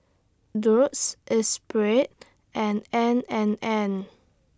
Doux Espirit and N and N